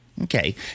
Okay